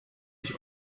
ich